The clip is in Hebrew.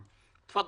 חדש.